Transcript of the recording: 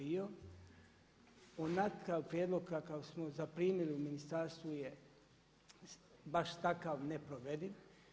Onakav prijedlog kakav smo zaprimili u ministarstvu je baš takav neprovediv.